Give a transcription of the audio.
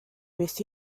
with